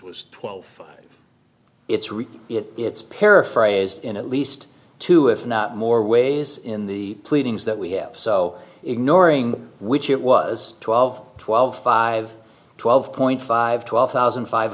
was twelve it's repeat it it's paraphrased in at least two if not more ways in the pleadings that we have so ignoring which it was twelve twelve five twelve point five twelve thousand five